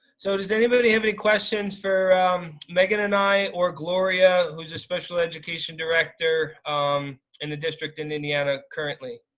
so does anybody have any questions for megan and i, or gloria who's a special education director um in a district in indiana currently?